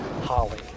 Holly